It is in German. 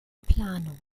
planung